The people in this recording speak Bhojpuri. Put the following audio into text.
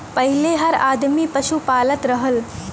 पहिले हर आदमी पसु पालत रहल